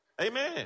amen